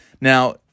Now